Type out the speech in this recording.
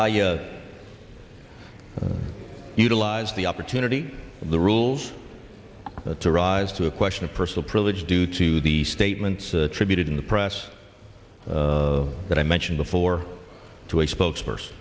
you utilize the opportunity of the rules to rise to a question of personal privilege due to the statements attributed in the press that i mentioned before to a spokesperson